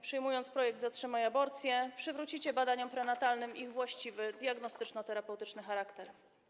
Przyjmując projekt „Zatrzymaj aborcję”, przywrócicie badaniom prenatalnym ich właściwy, diagnostyczno-terapeutyczny charakter.